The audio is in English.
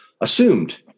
assumed